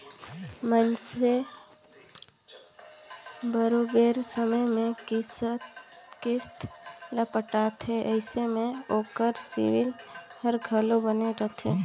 मइनसे बरोबेर समे में किस्त ल पटाथे अइसे में ओकर सिविल हर घलो बने रहथे